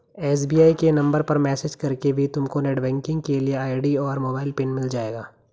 SBI के नंबर पर मैसेज करके भी तुमको नेटबैंकिंग के लिए आई.डी और मोबाइल पिन मिल जाएगा